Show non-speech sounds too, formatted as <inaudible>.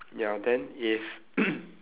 ya then if <coughs>